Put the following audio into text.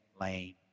lane